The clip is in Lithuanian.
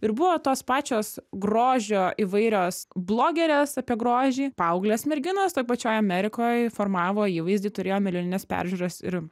ir buvo tos pačios grožio įvairios blogerės apie grožį paauglės merginos toj pačioj amerikoj formavo įvaizdį turėjo milijonines peržiūras ir